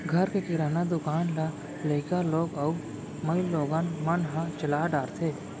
घर के किराना दुकान ल लइका लोग अउ माइलोगन मन ह चला डारथें